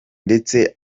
ndetse